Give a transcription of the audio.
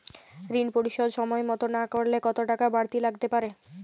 ঋন পরিশোধ সময় মতো না করলে কতো টাকা বারতি লাগতে পারে?